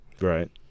Right